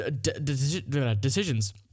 decisions